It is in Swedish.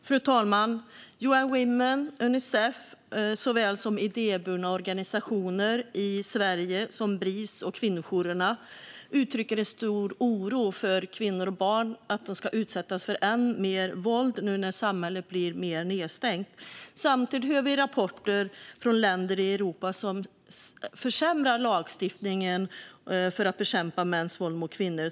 Fru talman! Såväl UN Women och Unicef som idéburna organisationer i Sverige såsom Bris och kvinnojourerna uttrycker en stor oro för att kvinnor och barn ska utsättas för än mer våld när samhället nu blir mer nedstängt. Samtidigt hör vi rapporter från länder i Europa där man försämrar lagstiftningen som ska bekämpa mäns våld mot kvinnor.